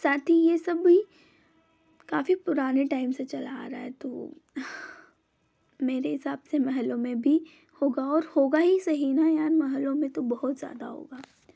साथ ही ये सब भी काफी पुराने टाइम से चला आ रहा है तो मेरे हिसाब से महलों में भी होगा और होगा ही सही ना यार महलों में तो बहुत ज्यादा होगा